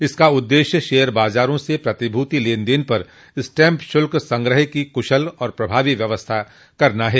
इसका उद्देश्य शेयर बाजारों से प्रतिभूति लेन देन पर स्टैंम्प शुल्क संग्रह की कुशल और प्रभावी व्यवस्था करना है